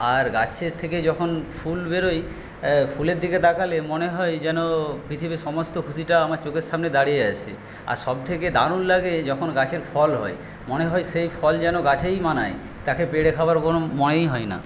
আর গাছের থেকে যখন ফুল বেরোয় ফুলের দিকে তাকালে মনে হয় যেন পৃথিবীর সমস্ত খুশিটা আমার চোখের সামনে দাঁড়িয়ে আছে আর সব থেকে দারুণ লাগে যখন গাছের ফল হয় মনে হয় সেই ফল যেন গাছেই মানায় তাকে পেড়ে খাওয়ার কোন মানেই হয় না